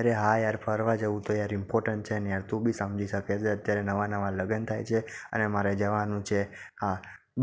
અરે હા યાર ફરવા જવું તો યાર ઇમ્પોર્ટન છે ને યાર તું બી સમજી શકે છે અત્યારે નવાં નવાં લગ્ન થાય છે અને મારે જવાનું છે હા